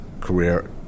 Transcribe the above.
career